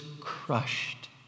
crushed